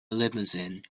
limousine